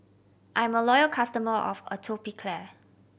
I'm a loyal customer of Atopiclair